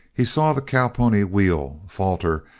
he saw the cowpony wheel, falter,